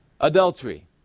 Adultery